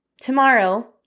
tomorrow